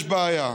יש בעיה.